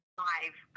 five